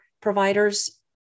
providers